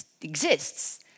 exists